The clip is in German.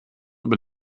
über